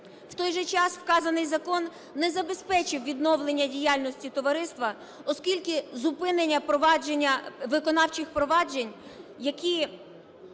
В той же час вказаний закон не забезпечив відновлення діяльності товариства, оскільки зупинення провадження виконавчих проваджень, які…